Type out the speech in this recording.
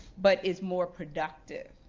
but is more productive?